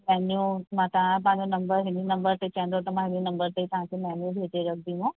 menu मां तव्हां पंहिंजो नम्बर हिन नम्बर ते चाहींदव त मां हिन नम्बर ते तव्हांखे मैन्यू भेजे रखंदीमांव